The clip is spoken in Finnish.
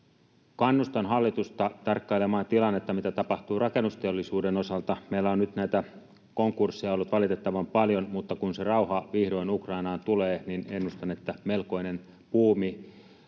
Kannustan hallitusta tarkkailemaan tilannetta, mitä tapahtuu rakennusteollisuuden osalta. Meillä on nyt näitä konkursseja ollut valitettavan paljon, mutta kun se rauha vihdoin Ukrainaan tulee, niin ennustan, että melkoinen buumi: